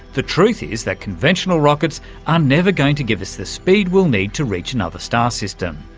the truth is that conventional rockets are never going to give us the speed we'll need to reach another star system.